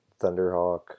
Thunderhawk